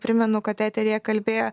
primenu kad eteryje kalbėjo